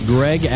Greg